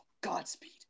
Godspeed